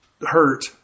hurt